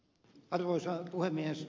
arvoisa puhemies